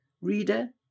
Reader